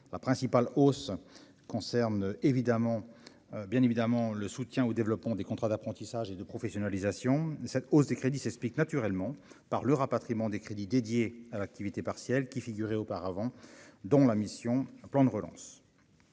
la principale hausse concerne évidemment bien évidemment le soutien au développement des contrats d'apprentissage et de professionnalisation, cette hausse des crédits s'explique naturellement par le rapatriement des crédits dédiés à l'activité partielle qui figurait auparavant, dont la mission, plan de relance.